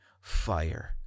fire